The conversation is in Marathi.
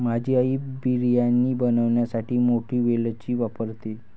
माझी आई बिर्याणी बनवण्यासाठी मोठी वेलची वापरते